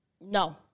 No